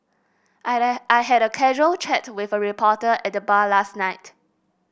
I had I had a casual chat with a reporter at the bar last night